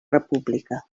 república